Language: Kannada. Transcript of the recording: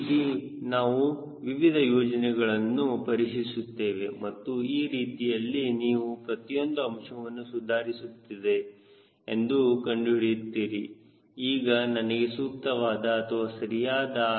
ಈ ರೀತಿ ನಾವು ವಿವಿಧ ಸಂಯೋಜನೆಗಳನ್ನು ಪರೀಕ್ಷಿಸುತ್ತೇವೆ ಮತ್ತು ಈ ರೀತಿಯಲ್ಲಿ ನೀವು ಪ್ರತಿಯೊಂದು ಅಂಶವನ್ನು ಸುಧಾರಿಸುತ್ತಿದೆ ಹಾಗೂ ಕಂಡುಹಿಡಿಯುತ್ತೀರಿ ಇದು ನನಗೆ ಸೂಕ್ತವಾಗಿದೆ ಅಥವಾ ಸರಿಯಾಗಿದೆ